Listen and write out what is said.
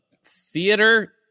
theater